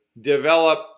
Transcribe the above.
develop